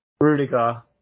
Rudiger